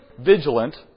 vigilant